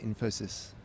Infosys